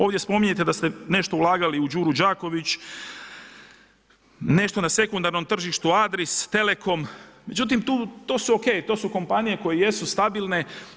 Ovdje spominjete da ste nešto ulagali u Đuru Đaković, nešto na sekundarnom tržištu Adris, Telecom, međutim to je ok, to su kompanije koje jesu stabilne.